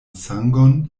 sangon